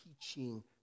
teaching